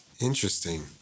Interesting